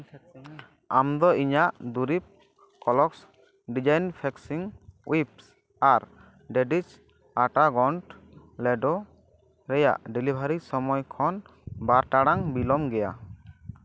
ᱟᱢ ᱫᱚ ᱤᱧᱟᱹᱜ ᱫᱩᱨᱤᱵ ᱠᱞᱳᱨᱚᱠᱥ ᱰᱮᱥᱤᱝᱯᱷᱮᱠᱴᱤᱝ ᱣᱟᱭᱤᱯᱥ ᱟᱨ ᱫᱟᱫᱤᱥ ᱟᱴᱟ ᱜᱚᱣᱟᱱᱰ ᱞᱟᱰᱰᱩ ᱨᱮᱭᱟᱜ ᱰᱮᱞᱤᱵᱷᱟᱨᱤ ᱥᱚᱢᱚᱭ ᱠᱷᱚᱱ ᱵᱟᱨ ᱴᱟᱲᱟᱝ ᱵᱤᱞᱚᱢ ᱜᱮᱭᱟ